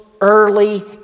early